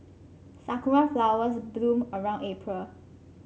sakura flowers bloom around April